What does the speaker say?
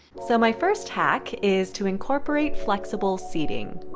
so my first hack is to incorporate flexible seating.